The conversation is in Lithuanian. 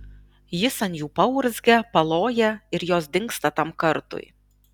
jis ant jų paurzgia paloja ir jos dingsta tam kartui